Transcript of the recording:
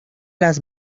las